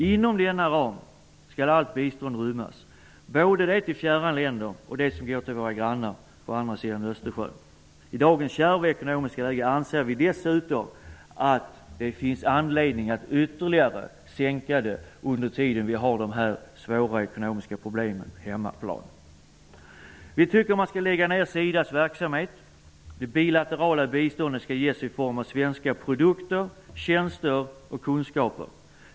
Inom denna ram skall allt bistånd rymmas -- både det till fjärran länder och det som går till våra grannar på andra sidan Så länge vi har svåra ekonomiska problem på hemmaplan anser vi dessutom att det finns anledning att ytterligare sänka biståndet. Vi tycker att man skall lägga ned SIDA:s verksamhet. Det bilaterala biståndet skall ges i form av svenska produkter, tjänster och kunskaper.